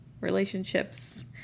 relationships